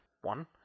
one